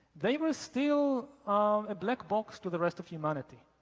they were still a black box to the rest of humanity.